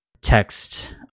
text